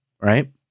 right